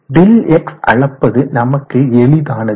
Δx அளப்பது நமக்கு எளிதானது